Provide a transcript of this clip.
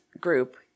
group